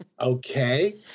Okay